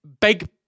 big